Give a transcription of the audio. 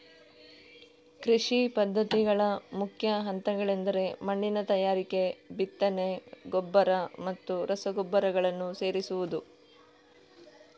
ಕೃಷಿ ಪದ್ಧತಿಗಳ ಮುಖ್ಯ ಹಂತಗಳೆಂದರೆ ಮಣ್ಣಿನ ತಯಾರಿಕೆ, ಬಿತ್ತನೆ, ಗೊಬ್ಬರ ಮತ್ತು ರಸಗೊಬ್ಬರಗಳನ್ನು ಸೇರಿಸುವುದು